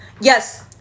yes